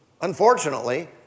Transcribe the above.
unfortunately